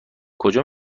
کجا